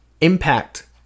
impact